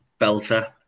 Belter